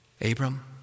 Abram